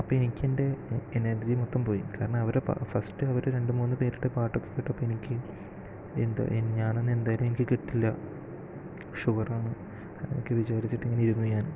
അപ്പം എനിക്ക് എൻ്റെ എനർജി മൊത്തം പോയി കാരണം അവരെ ഫസ്റ്റ് അവര് രണ്ട് മൂന്നുപേരുടെ പാട്ട് കേട്ടപ്പോൾ എനിക്ക് എന്തോ ഞാൻ ഒന്നും എന്തായാലും എനിക്ക് കിട്ടില്ല ഷുവറാണ് എന്നൊക്കെ വിചാരിച്ചിട്ടിങ്ങനെ ഇരുന്നു ഞാൻ